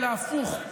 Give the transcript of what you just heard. אלא הפוך.